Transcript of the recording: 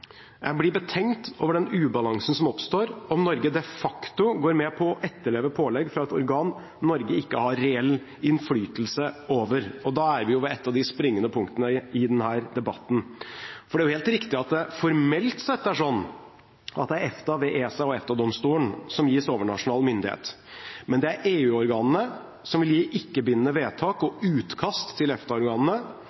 Jeg blir betenkt over den ubalansen som oppstår om Norge de facto går med på å etterleve pålegg fra et organ Norge ikke har reell innflytelse over. Da er vi ved et av de springende punktene i denne debatten. For det er helt riktig at det formelt sett er sånn at det er EFTA ved ESA- og EFTA-domstolen som gis overnasjonal myndighet, men det er EU-organene som vil gi ikke-bindende vedtak og